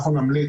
פנינו